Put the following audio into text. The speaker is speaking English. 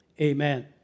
Amen